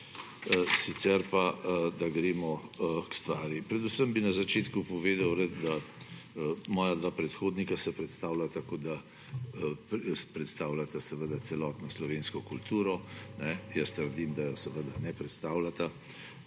sicer pa, da gremo k stvari. Predvsem bi rad na začetku povedal, da se moja dva predhodnika predstavljata, kot da predstavljata seveda celotno slovensko kulturo. Jaz trdim, da je seveda ne predstavljata